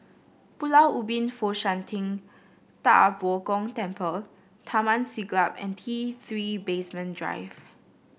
Pulau Ubin Fo Shan Ting Da Bo Gong Temple Taman Siglap and T Three Basement Drive